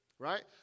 Right